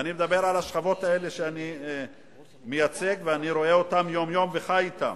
ואני מדבר על השכבות שאני מייצג ורואה אותן יום-יום וחי אתן.